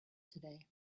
today